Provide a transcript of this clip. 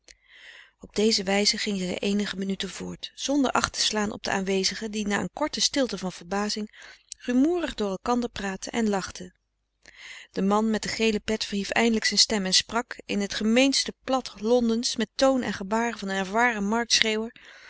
op deze wijze ging zij eenige minuten voort zonder acht te slaan op de aanwezigen die na een korte stilte van verbazing rumoerig door elkander praatten en lachten de man met de gele pet verhief eindelijk zijn stem en sprak in het gemeenste plat londensch met toon en gebaren van een ervaren